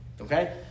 okay